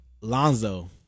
Lonzo